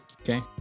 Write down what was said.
Okay